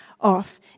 off